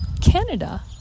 Canada